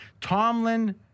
Tomlin